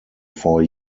four